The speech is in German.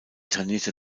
trainierte